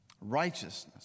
Righteousness